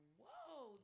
whoa